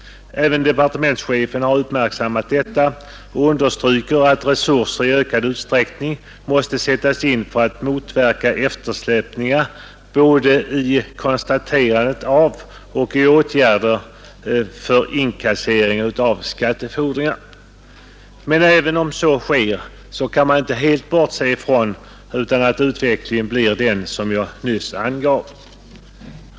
Även departementschefen har uppmärksammat detta och understryker att resurser i ökad utsträckning måste sättas in för att motverka eftersläpningar både i konstaterandet av och i åtgärder för inkassering av skattefordringar. Men även om så sker kan man inte helt bortse från att utvecklingen kan bli den som jag nyss angav.